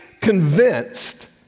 convinced